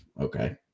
okay